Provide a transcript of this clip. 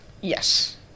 Yes